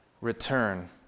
return